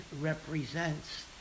represents